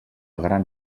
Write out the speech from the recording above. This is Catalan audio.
gran